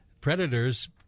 predators